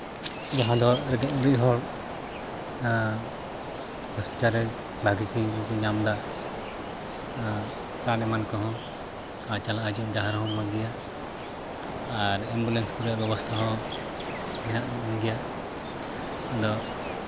ᱡᱟᱦᱟᱸ ᱫᱚ ᱨᱮᱸᱜᱮᱡᱽ ᱦᱚᱲ ᱦᱚᱸᱥᱯᱤᱴᱟᱞ ᱨᱮ ᱵᱷᱟᱹᱜᱤ ᱜᱮᱠᱚ ᱧᱟᱢ ᱮᱫᱟ ᱟᱨ ᱨᱟᱱ ᱮᱢᱟᱱ ᱠᱚᱦᱚᱸ ᱟᱨ ᱪᱟᱞᱟᱜ ᱦᱤᱡᱩᱜ ᱰᱟᱦᱟᱨ ᱦᱚᱸ ᱢᱚᱡᱽ ᱜᱮᱭᱟ ᱟᱨ ᱮᱢᱵᱩᱞᱮᱱᱥ ᱠᱚᱨᱮᱱᱟᱜ ᱵᱮᱵᱚᱥᱛᱟ ᱦᱚᱸ ᱢᱮᱱᱟᱜ ᱜᱮᱭᱟ ᱟᱫᱚ